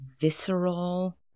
visceral